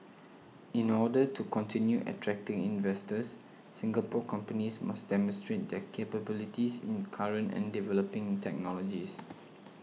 in order to continue attracting investors Singapore companies must demonstrate their capabilities in current and developing technologies